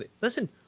Listen